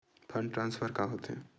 Fund transfer का होथे?